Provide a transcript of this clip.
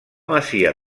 masia